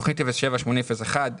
תוכנית 078001